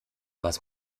was